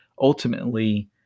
ultimately